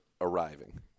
arriving